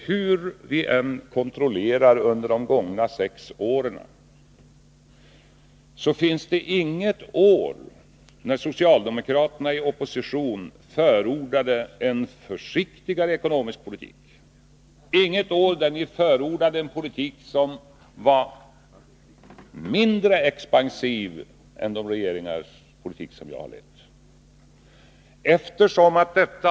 Hur vi än kontrollerar utvecklingen under de gångna sex åren, kan vi inte finna något år när socialdemokraterna i opposition förordat en försiktigare ekonomisk politik, när ni förordat en politik som var mindre expansiv än den politik som förts av de regeringar som jag har lett.